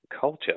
culture